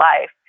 life